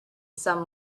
some